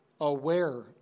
aware